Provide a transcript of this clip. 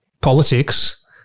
politics